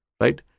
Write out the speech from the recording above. right